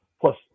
Plus